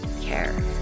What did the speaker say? care